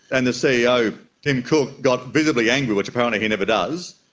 and the ceo tim cook got visibly angry, which apparently he never does,